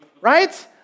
Right